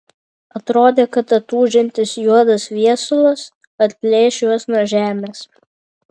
atrodė kad atūžiantis juodas viesulas atplėš juos nuo žemės